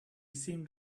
seemed